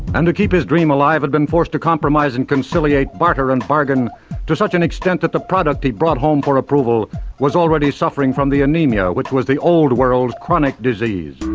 and to keep his dream alive had been forced to compromise and conciliate, barter and bargain to such an extent that the product he brought home for approval was already suffering from the anaemia which was the old world's chronic disease.